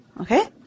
Okay